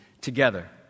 together